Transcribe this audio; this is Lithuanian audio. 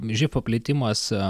živ paplitimas